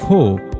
Hope